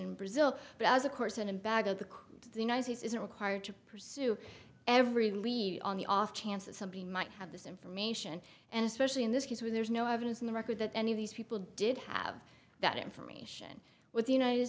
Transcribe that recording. in brazil but as of course in a bag of the united states isn't required to pursue every lead on the off chance that somebody might have this information and especially in this case where there's no evidence in the record that any of these people did have that information with the united